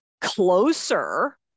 closer